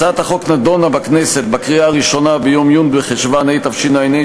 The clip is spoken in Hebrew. הצעת החוק נדונה ונתקבלה בכנסת בקריאה ראשונה ביום י' בחשוון התשע"ה,